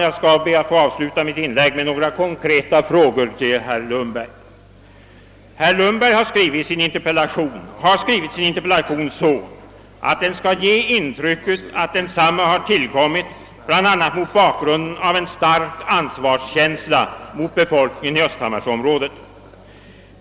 Jag skall be att få avsluta mitt inlägg med några konkreta frågor till herr Lundberg, Herr Lundberg har skrivit sin interpellation så, att den skall ge intrycket att ha tillkommit bl.a. mot bakgrunden av en stark ansvarskänsla gentemot befolkningen i östhammarsområdet.